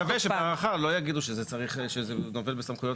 אבל אני מקווה שבהארכה לא יגידו שזה גובל בסמכויות,